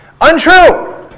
Untrue